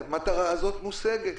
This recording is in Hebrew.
המטרה הזאת מושגת.